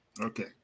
Okay